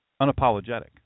Unapologetic